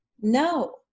No